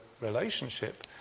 relationship